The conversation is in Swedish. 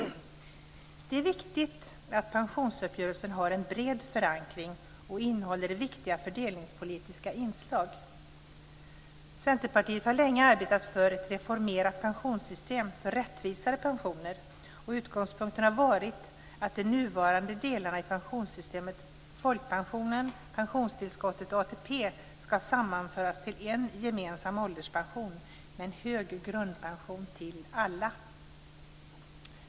Det är viktigt att pensionsuppgörelsen har en bred förankring och innehåller viktiga fördelningspolitiska inslag. Centerpartiet har länge arbetat för ett reformerat pensionssystem för rättvisare pensioner. Utgångspunkten har varit att de nuvarande delarna i pensionssystemet, folkpension, pensionstillskott och ATP, ska sammanföras till en gemensam ålderspension med en hög grundpension till alla.